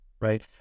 right